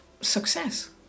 success